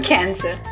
Cancer